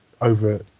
over